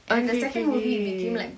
ookay K okay okay